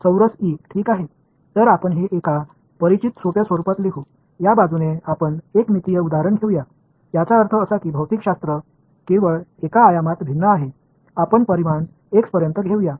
तर आपण हे एका परिचित सोप्या स्वरूपात लिहू या बाजूने आपण एक मितीय उदाहरण घेऊया याचा अर्थ असा की भौतिकशास्त्र केवळ एका आयामात भिन्न आहे आपण परिमाण x पर्यंत घेऊया